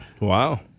Wow